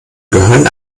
gehören